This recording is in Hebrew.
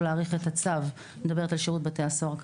להאריך את הצו אני מדברת על שירות בתי הסוהר,